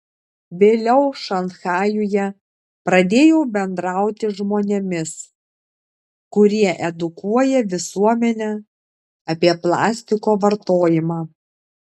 vėliau šanchajuje pradėjau bendrauti žmonėmis kurie edukuoja visuomenę apie plastiko vartojimą